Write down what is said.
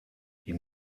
die